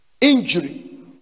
Injury